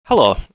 Hello